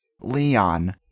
Leon